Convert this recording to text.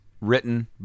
written